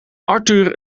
arthur